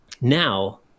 Now